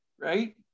right